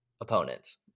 opponents